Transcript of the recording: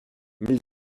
mille